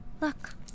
Look